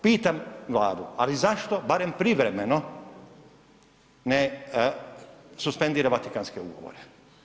Pitam Vladu, ali zašto barem privremeno ne suspendira Vatikanske ugovore?